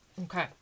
Okay